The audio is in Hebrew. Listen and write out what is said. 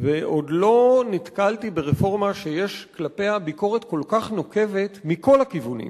ועוד לא נתקלתי ברפורמה שיש כלפיה ביקורת כל כך נוקבת מכל הכיוונים,